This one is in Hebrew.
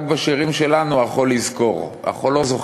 רק בשירים שלנו זה "החול יזכור"; החול לא זוכר.